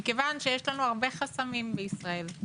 מכיוון שיש לנו הרבה חסמים בישראל.